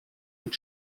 mit